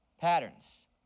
patterns